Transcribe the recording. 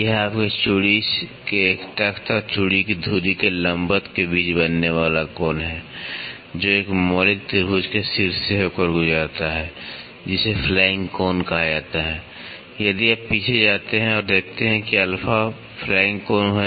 यह आपके चूड़ी के एक तख़्त और चूड़ी की धुरी के लंबवत के बीच बनने वाला कोण है जो एक मौलिक त्रिभुज के शीर्ष से होकर गुजरता है जिसे फ़्लैंक कोण कहा जाता है यदि आप पीछे जाते हैं और देखते हैं कि अल्फा फ़्लैंक कोण है